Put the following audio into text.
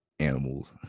animals